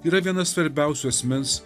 yra viena svarbiausių asmens